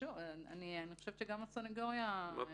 אני חושבת שגם הסנגוריה תסכים בהקשר הזה.